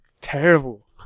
terrible